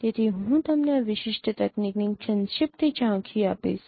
તેથી હું તમને આ વિશિષ્ટ તકનીકની સંક્ષિપ્ત ઝાંખી આપીશ